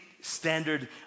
standard